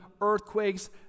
earthquakes